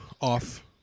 off